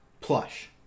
Plush